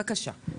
בבקשה.